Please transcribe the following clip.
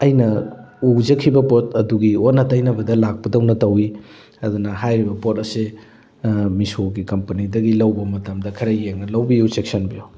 ꯑꯩꯅ ꯎꯖꯈꯤꯕ ꯄꯣꯠ ꯑꯗꯨꯒꯤ ꯑꯣꯟꯅ ꯇꯩꯅꯕꯗ ꯂꯥꯛꯄꯗꯧꯅ ꯇꯧꯋꯤ ꯑꯗꯨꯅ ꯍꯥꯏꯔꯤꯕ ꯄꯣꯠ ꯑꯁꯤ ꯃꯤꯁꯣꯒꯤ ꯀꯝꯄꯅꯤꯗꯒꯤ ꯂꯧꯕ ꯃꯇꯝꯗ ꯈꯔ ꯌꯦꯡꯉꯒ ꯂꯧꯕꯤꯌꯨ ꯆꯦꯛꯁꯤꯟꯕꯤꯌꯨ